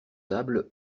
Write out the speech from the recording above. tables